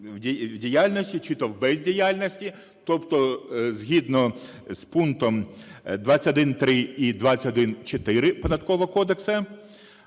в діяльності, чи то в бездіяльності, тобто, згідно з пунктом 21.3 і 21.4